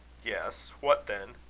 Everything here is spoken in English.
yes. what then?